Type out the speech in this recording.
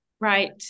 Right